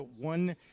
one